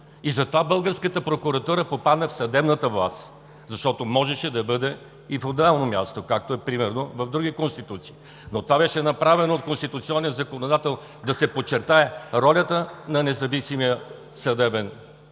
Затова българската прокуратура попадна в съдебната власт, защото можеше да бъде и в отделно място, както е примерно в други конституции. Но това беше направено от конституционния законодател – да се подчертае ролята на независимите съдебни